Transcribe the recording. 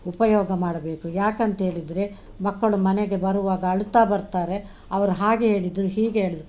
ಉಪಯೋಗ ಮಾಡಬೇಕು ಯಾಕಂತೇಳಿದರೆ ಮಕ್ಕಳು ಮನೆಗೆ ಬರುವಾಗ ಅಳುತ್ತಾ ಬರ್ತಾರೆ ಅವ್ರು ಹಾಗೆ ಹೇಳಿದರು ಹೀಗೆ ಹೇಳಿದರು